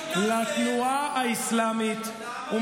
לתנועה האסלאמית, אבל אתם לא מבטלים אותם.